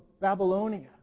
Babylonia